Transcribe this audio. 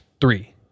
Three